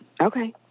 Okay